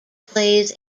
plays